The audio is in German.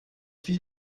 viel